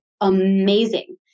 amazing